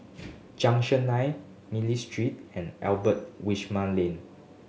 Junction Nine Miller Street and Albert Winsemius Lane